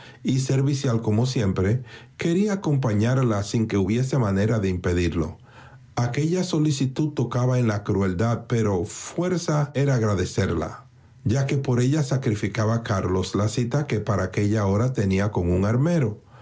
y servicial como siempre quería acompañarla sin que hubiese manera de impedirlo aquella solicitud tocaba en la crueldad pero fuerza era agradecerla ya que por ella sacrificaba carlos la cita que para aquella hora tenía con un armero